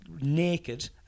naked